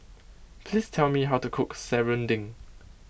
please tell me how to cook Serunding